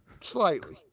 Slightly